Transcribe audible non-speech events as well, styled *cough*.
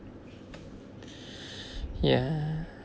*breath* ya